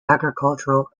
agricultural